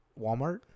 Walmart